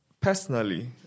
Personally